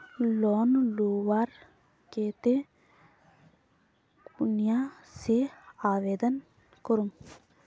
Loan लुबार केते कुनियाँ से आवेदन करूम?